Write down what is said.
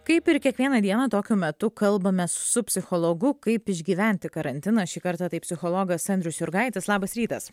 kaip ir kiekvieną dieną tokiu metu kalbamės su psichologu kaip išgyventi karantiną šį kartą tai psichologas andrius jurgaitis labas rytas